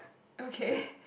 okay